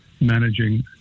managing